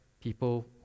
people